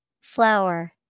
Flower